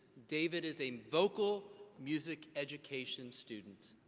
david is a vocal music education student.